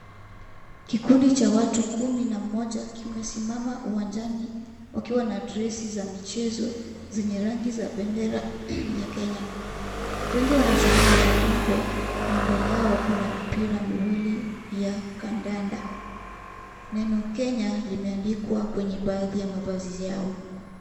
Kikundi cha watu kumi na mmoja kimesimama uwanjani, wakiwa na dresi za michezo, zenye rangi ya bendera ya Kenya. Wengi wanatumia magongo na mbele yao kina mipira miwili ya kandanda. Neno KENYA limeabdikwa kwa baadhi za mavazi zao.